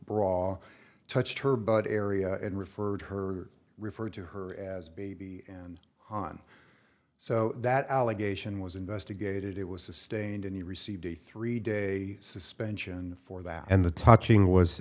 bra touched her butt area and referred her referred to her as baby and on so that allegation was investigated it was sustained and he received a three day suspension for that and the touching was